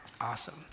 awesome